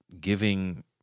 giving